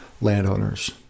landowners